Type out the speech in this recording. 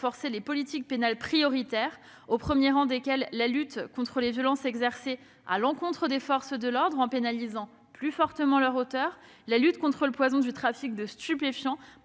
les politiques pénales prioritaires : la lutte contre les violences exercées à l'encontre des forces de l'ordre, en pénalisant plus fortement leur auteur ; la lutte contre le poison que constitue le trafic de stupéfiants,